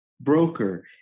broker